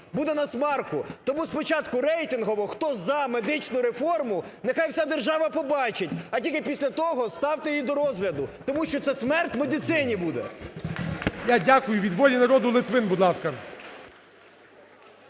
буде на смарку. Тому спочатку рейтингово хто за медичну реформу, нехай вся держава побачить. А тільки після того ставте її до розгляду, тому що це смерть медицині буде. ГОЛОВУЮЧИЙ. Я дякую. Від "Волі народу" Литвин, будь ласка.